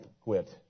quit